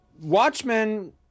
Watchmen